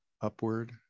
upward